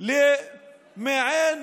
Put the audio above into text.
למעין